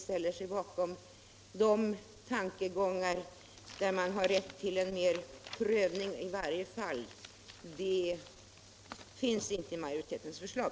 Propositionens tankegångar om individuell prövning finns i varje fall inte med i majoritetens förslag.